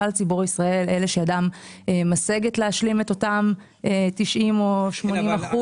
כלל ציבור ישראל אלה שידם משגת להשלים את אותם 90% או 80%,